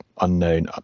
unknown